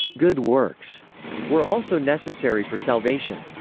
good works were also necessary for salvation.